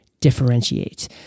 differentiate